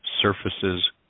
surfaces